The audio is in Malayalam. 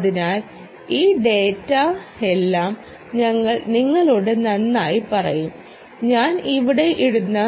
അതിനാൽ ഈ ഡാറ്റയെല്ലാം ഞങ്ങൾ നിങ്ങളോട് നന്നായി പറയും ഞാൻ ഇവിടെ ഇടുന്ന